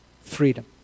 Freedom